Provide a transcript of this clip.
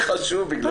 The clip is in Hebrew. זה חשוב, בגלל זה.